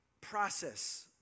process